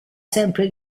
sempre